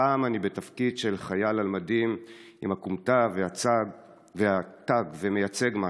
הפעם אני בתפקיד של חייל על מדים עם הכומתה והתג ומייצג משהו.